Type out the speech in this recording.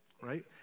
Right